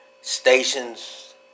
Stations